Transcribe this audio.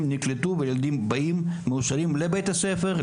נקלטו וילדים באים מאושרים לבית הספר,